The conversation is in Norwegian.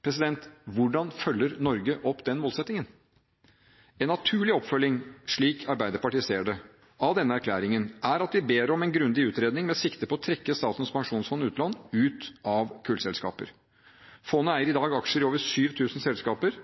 Hvordan følger Norge opp den målsettingen? En naturlig oppfølging – slik Arbeiderpartiet ser det – av denne erklæringen er at vi ber om en grundig utredning med sikte på å trekke Statens pensjonsfond utland ut av kullselskaper. Fondet eier i dag aksjer i over 7 000 selskaper.